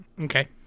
Okay